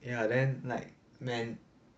ya then like man